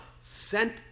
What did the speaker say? sent